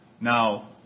Now